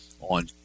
on